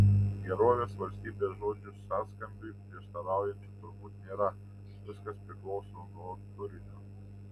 gerovės valstybės žodžių sąskambiui prieštaraujančių turbūt nėra viskas priklauso nuo turinio